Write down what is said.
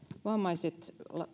vammaiset